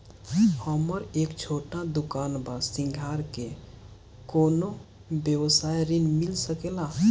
हमर एक छोटा दुकान बा श्रृंगार के कौनो व्यवसाय ऋण मिल सके ला?